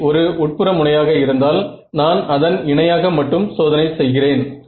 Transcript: i ஒரு உட்புற முனையாக இருந்தால் நான் அதன் இணையாக மட்டும் சோதனை செய்கிறேன்